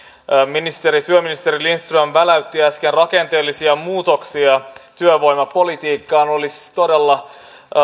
työministeri lindström väläytti äsken rakenteellisia muutoksia työvoimapolitiikkaan olisi todella